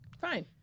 fine